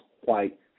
white